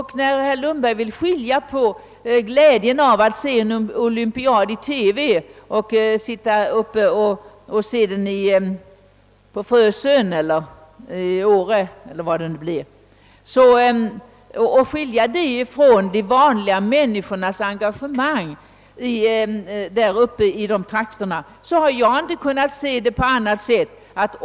Herr Lundberg vill skilja på glädjen av att se en olympiad i TV och att se den på Frösön, i Åre eller var det nu blir såsom något artskilt från ortsbornas engagemang.